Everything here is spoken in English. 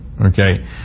okay